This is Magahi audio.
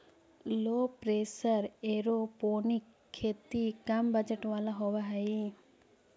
लो प्रेशर एयरोपोनिक खेती कम बजट वाला होव हई